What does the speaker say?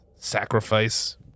sacrifice